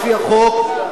לפי החוק,